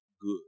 good